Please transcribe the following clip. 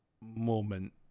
moment